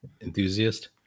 enthusiast